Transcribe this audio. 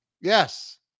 Yes